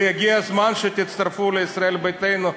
והגיע הזמן שתצטרפו לישראל ביתנו,